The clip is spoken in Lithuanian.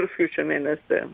rugpjūčio mėnesį